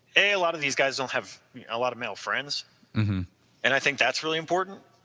a, a lot of these guys don't have a lot of male friends and i think that's really important.